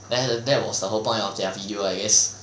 there's the that was the whole point of their video I guess